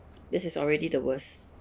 this is already the worst